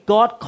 God